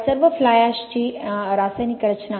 या सर्व फ्लाय ऍशेसची रासायनिक रचना